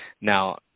Now